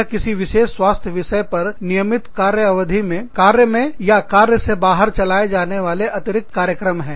यह किसी विशेष स्वास्थ्य विषय पर नियमित कार्य अवधि में कार्य में या कार्य से बाहर चलाए जाने वाले अतिरिक्त कार्यक्रम हैं